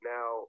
Now